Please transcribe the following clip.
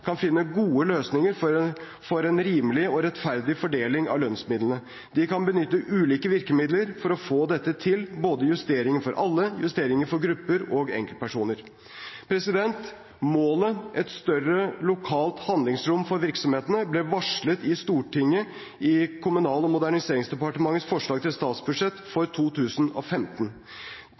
kan finne gode løsninger for en rimelig og rettferdig fordeling av lønnsmidlene. De kan benytte ulike virkemidler for å få dette til, både justeringer for alle, justeringer for grupper og justeringer for enkeltpersoner. Målet, et større lokalt handlingsrom for virksomhetene, ble varslet i Stortinget i Kommunal- og moderniseringsdepartementets forslag til statsbudsjett for 2015.